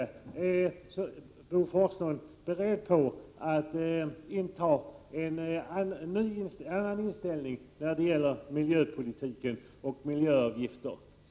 Är Bo Forslund beredd att inta en annan inställning när det gäller miljöpolitiken och miljöavgifter?